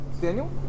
Daniel